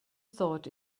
thought